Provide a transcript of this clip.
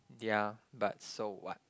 yeah but so what